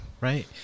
right